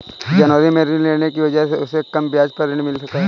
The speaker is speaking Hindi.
जनवरी में ऋण लेने की वजह से उसे कम ब्याज पर ऋण मिल गया